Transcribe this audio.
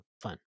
fun